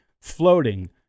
floating